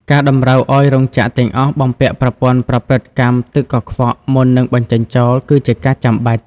ការតម្រូវឱ្យរោងចក្រទាំងអស់បំពាក់ប្រព័ន្ធប្រព្រឹត្តកម្មទឹកកខ្វក់មុននឹងបញ្ចេញចោល គឺជាការចាំបាច់។